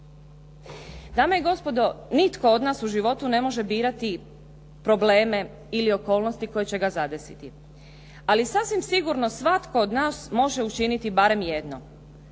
Dame i gospodo, nitko od nas u životu ne može birati probleme ili okolnosti koje će ga zadesiti. Ali sasvim sigurno svatko od nas može učiniti barem jedno